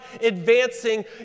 advancing